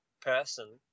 person